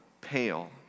Pale